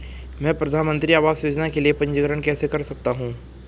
मैं प्रधानमंत्री आवास योजना के लिए पंजीकरण कैसे कर सकता हूं?